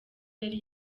yari